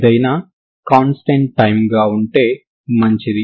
ఏదైనా constant time గా ఉంటే మంచిది